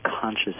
conscious